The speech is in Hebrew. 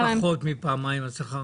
ומי שפחות מפעמיים השכר?